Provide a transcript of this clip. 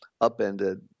upended